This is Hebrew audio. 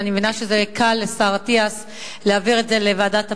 ואני מבינה שזה קל לשר אטיאס להעביר את זה לוועדת הפנים.